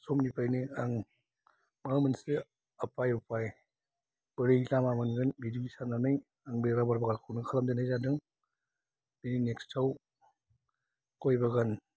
समनिफ्रायनो आं माबा मोनसे राहालामा बोरै लामा मोनगोन बिदिनो साननानै आं बे रबर बागानखौनो खालामजेननाय जादों बिनि नेक्स्ताव गय बागान